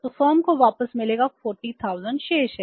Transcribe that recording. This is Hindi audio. तो फर्म को वापस मिलेगा 40000 शेष है